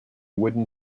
wooden